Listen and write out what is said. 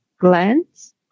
glands